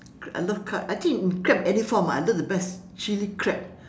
I love crab I think in crab any form ah I love the best chili crab